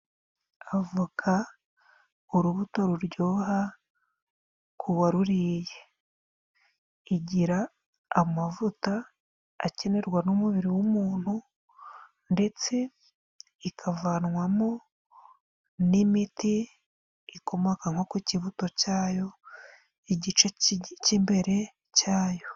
Avoka urubuto ruryoha ku waruriye. Igira amavuta akenerwa n'umubiri w'umuntu, ndetse ikavanwamo n'imiti ikomoka nko ku kibuto cya yo, igice cy'imbere cya yo.